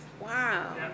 Wow